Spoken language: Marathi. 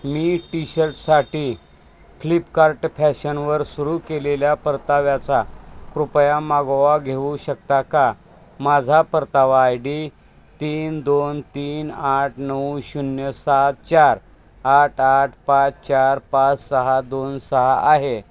मी टी शर्टसाठी फ्लिपकार्ट फॅशनवर सुरू केलेल्या परताव्याचा कृपया मागोवा घेऊ शकता का माझा परतावा आय डी तीन दोन तीन आठ नऊ शून्य सात चार आठ आठ पाच चार पाच सहा दोन सहा आहे